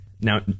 now